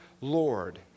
Lord